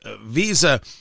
Visa